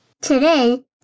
Today